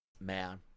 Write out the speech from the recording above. man